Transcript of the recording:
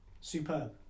Superb